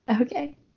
Okay